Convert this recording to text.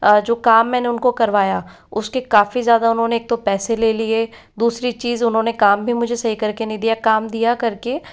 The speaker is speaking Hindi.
जो काम मैंने उनको करवाया उसके काफी ज़्यादा उन्होंने एक तो पैसे ले लिए दूसरी चीज़ उन्होंने काम भी मुझे सही करके नहीं दिया काम दिया करके